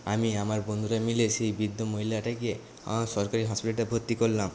আমি আমার বন্ধুরা মিলে সেই বৃদ্ধ মহিলাটাকে আমরা সরকারি হসপিটালে ভর্তি করলাম